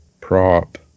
prop